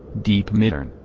deep mittern,